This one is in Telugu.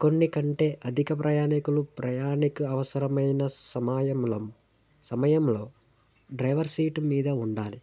కొన్ని కంటే అధిక ప్రయాణికులు ప్రయాణిక అవసరమైన సమాయమలం సమయంలో డ్రైవర్ సీట్ మీద ఉండాలి